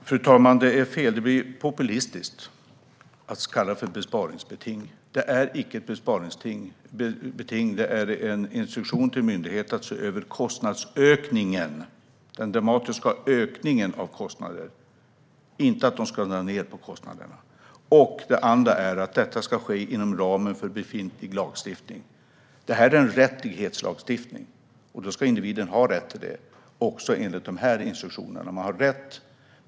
Fru talman! Det är fel och populistiskt att kalla det för bespararingsbeting. Det är icke ett besparingsbeting. Det är en instruktion till en myndighet att se över kostnadsökningen, den dramatiska ökningen av kostnader, inte att man ska dra ned på kostnaderna. Och detta ska ske inom ramen för befintlig lagstiftning. Det här är en rättighetslagstiftning, och då ska individen ha rätt till assistansersättning också enligt de här instruktionerna.